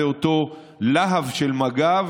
זה אותו להב של מג"ב